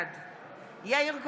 בעד יאיר גולן,